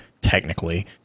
technically